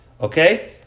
Okay